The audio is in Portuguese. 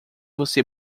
você